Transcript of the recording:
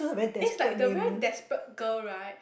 this is like the very desperate girl right